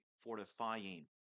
fortifying